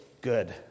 good